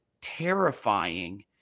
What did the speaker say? terrifying